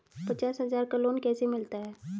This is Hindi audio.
पचास हज़ार का लोन कैसे मिलता है?